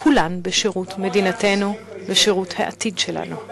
בשירות מדינתנו, בשירות העתיד שלנו.